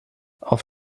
auf